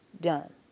done